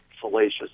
fallacious